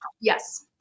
Yes